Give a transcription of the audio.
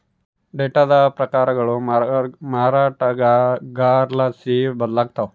ಡೇಟಾದ ಪ್ರಕಾರಗಳು ಮಾರಾಟಗಾರರ್ಲಾಸಿ ಬದಲಾಗ್ತವ